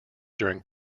during